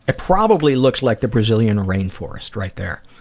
ah probably looks like the brazilian rain forest right there.